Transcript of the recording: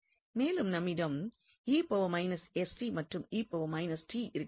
மேலும் நம்மிடம் மற்றும் இருக்கிறது